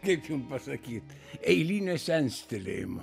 kaip jum pasakyt eilinio senstelėjimo